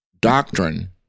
doctrine